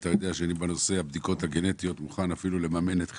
אתה יודע שאני בנושא הבדיקות הגנטיות מוכן אפילו לממן את חלקן.